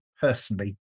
personally